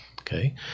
Okay